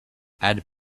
add